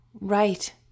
Right